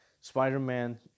Spider-Man